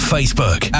Facebook